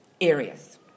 areas